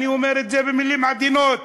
אני אומר את זה במילים עדינות,